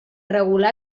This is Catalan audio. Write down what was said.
regular